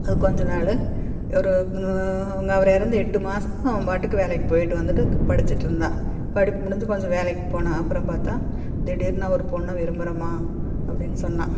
அது கொஞ்ச நாள் ஒரு அவங்க அவர் இறந்து எட்டு மாதம் அவன் பாட்டுக்கு வேலைக்கு போய்ட்டு வந்துட்டு படிச்சிகிட்ருந்தான் படிப்பு முடிஞ்சு கொஞ்சம் வேலைக்கு போனான் அப்புறம் பார்த்தா திடீர்னு நான் ஒரு பொண்ணை விரும்புகிறேம்மா அப்படின்னு சொன்னான்